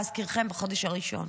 להזכירכם, זה היה בחודש הראשון.